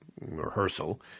rehearsal